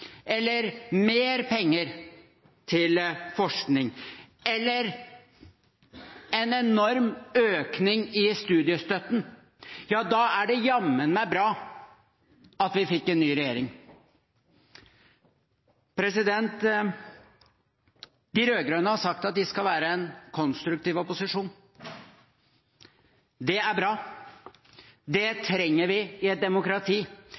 eller til en enorm økning i studiestøtten, er det jammen bra at vi fikk en ny regjering. De rød-grønne har sagt at de skal være en konstruktiv opposisjon. Det er bra – det trenger vi i et demokrati.